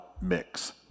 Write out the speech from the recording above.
mix